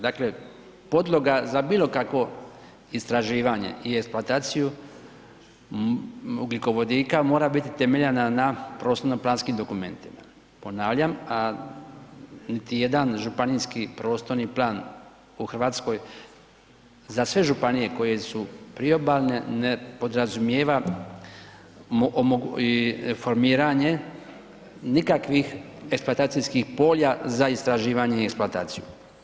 Dakle, podloga za bilo kakvo istraživanje i eksploataciju ugljikovodika mora biti temeljena na prostorno planskim dokumentima, ponavljam, a niti jedan županijski prostorni plan u Hrvatskoj za sve županije koje su priobalne ne podrazumijeva formiranje nikakvih eksploatacijskih polja za istraživanje i eksploataciju.